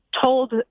told